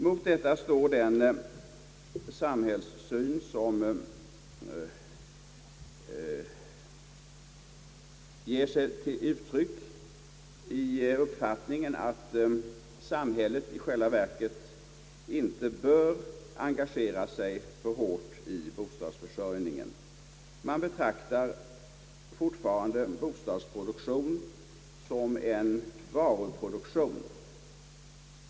Mot detta står den samhällssyn som kommer till uttryck i uppfattningen att samhället i själva verket inte bör engagera sig alltför hårt i bostadsförsörjningen. Man betraktar fortfarande bostadsproduktion som en varuproduktion.